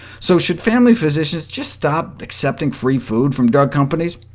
so should family physicians just stop accepting free food from drug companies?